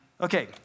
Okay